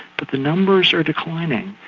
but the numbers are declining,